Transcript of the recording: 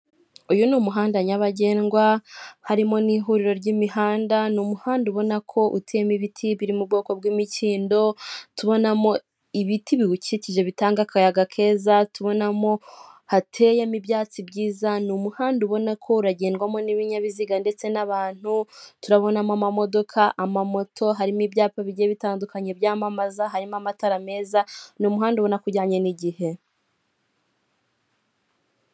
Uyu ni umuhanda nyabagendwa, harimo n'ihuriro ry'imihanda, ni umuhanda ubona ko uteyemo ibiti biri mu bwoko bw'imikindo, tubonamo ibiti biwukikije bitanga akayaga keza, tubonamo hateyemo ibyatsi byiza, ni umuhanda ubona ko uragendwamo n'ibinyabiziga ndetse n'abantu, turabonamo amamodoka, amamoto, harimo ibyapa bigiye bitandukanye byamamaza, harimo amatara meza, ni umuhanda ubona ko ujyanye n'igihe.